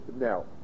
now